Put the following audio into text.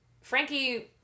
Frankie